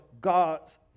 God's